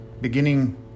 beginning